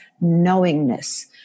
knowingness